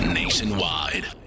nationwide